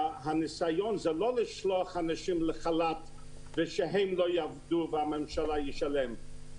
הניסיון הוא לא לשלוח אנשים לחל"ת ושהם לא יעבדו ושהממשלה תשלם,